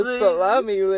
salami